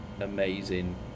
amazing